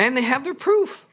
and they have their proof